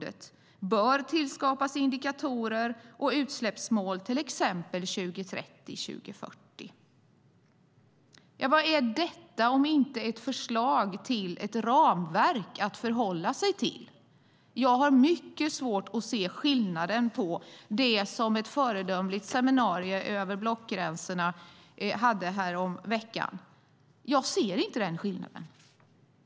Det bör tillskapas indikatorer och utsläppsmål, till exempel för 2030 och 2040. Vad är detta om inte ett förslag till ett ramverk att förhålla sig till? Jag har mycket svårt att se skillnaden på det och det som ett föredömligt seminarium över blockgränserna hade häromveckan. Jag ser inte den skillnaden.